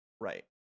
right